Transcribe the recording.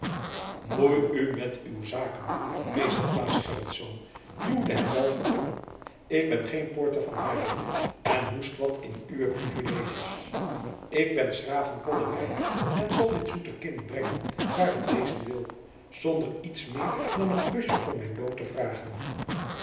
moei u met uwe zaken meester claes gerritsz duwde hem walger toe ik ben geen poorter van haarlem en hoest wat in uwe privileges ik ben s graven koddebeier en zal dit zoete kind brengen waar het wezen wil zonder iets meer dan een kusje voor mijn loon te vragen